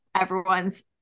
everyone's